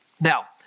Now